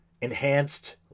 enhanced